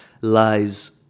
Lies